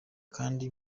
kandi